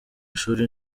ishuri